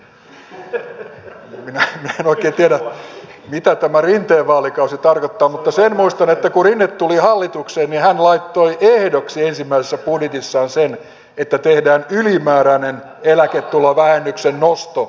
minä en oikein tiedä mitä tämä rinteen vaalikausi tarkoittaa mutta sen muistan että kun rinne tuli hallitukseen niin hän laittoi ehdoksi ensimmäisessä budjetissaan sen että tehdään ylimääräinen eläketulovähennyksen nosto